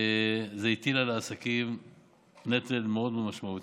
זה הטיל על העסקים נטל מאוד משמעותי.